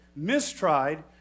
mistried